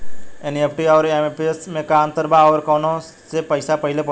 NEFT आउर IMPS मे का अंतर बा और आउर कौना से पैसा पहिले पहुंचेला?